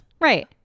Right